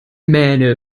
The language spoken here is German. mähne